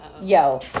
Yo